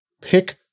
pick